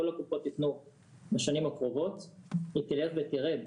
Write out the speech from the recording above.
כל הקופות יתנו בשנים הקרובות תלך ותרד,